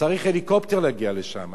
צריך הליקופטר להגיע לשם,